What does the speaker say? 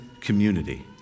community